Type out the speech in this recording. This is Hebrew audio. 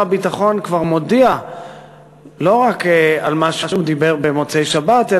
הביטחון כבר מודיע לא רק על מה שהוא דיבר במוצאי-שבת,